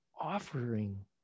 offering